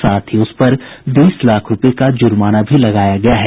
साथ ही उसपर बीस लाख रुपये का ज़र्माना भी लगाया गया है